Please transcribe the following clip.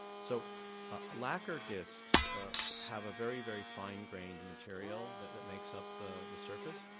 so ah lacquer discs have a very, very fine-grained material that that makes up the the surface.